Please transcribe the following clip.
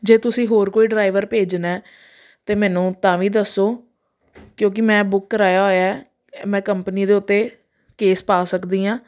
ਜੇ ਤੁਸੀਂ ਹੋਰ ਕੋਈ ਡਰਾਈਵਰ ਭੇਜਣਾ ਤਾਂ ਮੈਨੂੰ ਤਾਂ ਵੀ ਦੱਸੋ ਕਿਉਂਕਿ ਮੈਂ ਬੁੱਕ ਕਰਵਾਇਆ ਹੋਇਆ ਮੈਂ ਕੰਪਨੀ ਦੇ ਉੱਤੇ ਕੇਸ ਪਾ ਸਕਦੀ ਹਾਂ